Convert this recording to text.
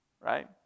right